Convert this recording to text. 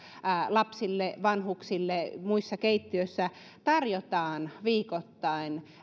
lapsille vanhuksille muissa keittiöissä tarjotaan viikoittain